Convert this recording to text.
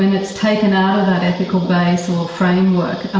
is taken out of that ethical base or framework, i